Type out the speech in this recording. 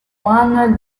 manuel